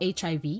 HIV